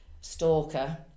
stalker